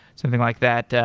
something like that